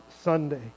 sunday